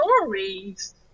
stories